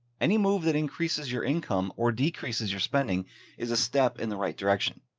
any move that increases your income or decreases your spending is a step in the right direction.